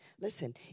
Listen